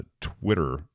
Twitter